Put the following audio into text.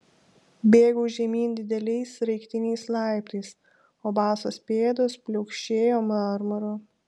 bėgau žemyn dideliais sraigtiniais laiptais o basos pėdos pliaukšėjo marmuru